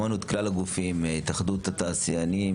שמענו את כלל הגופים התאחדות התעשיינים,